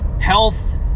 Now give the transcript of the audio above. Health